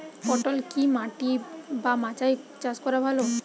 পটল কি মাটি বা মাচায় চাষ করা ভালো?